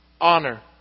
Honor